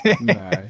No